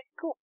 Cool